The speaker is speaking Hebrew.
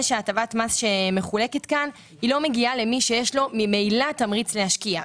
שהטבת המס שמחולקת כאן לא מגיעה למי שיש לו ממילא תמריץ להשקיע.